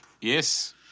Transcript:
Yes